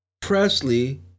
Presley